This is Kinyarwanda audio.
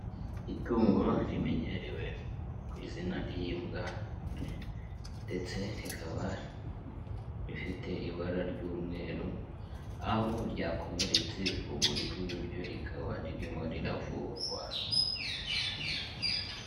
Itungo rimenyerewe ku izina ry'imbwa ndetse rikaba rifite ibara ry'umweru aho ryakomeretse ukuguru kw'iburyo, rikaba ririmo riravugwa.